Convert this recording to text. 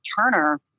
Turner